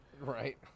Right